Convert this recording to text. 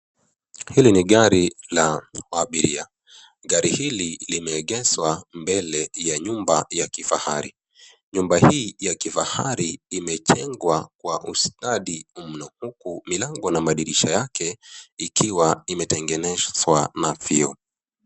Hili ni gari la abiria. Gari hili limeegeshwa mbele ya nyumba ya kifahari. Nyumba hii ya kifahari imejengwa kwa ustadi mno uku milango na madirisha yake ikiwa imetegenezwa na vioo.